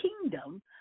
kingdom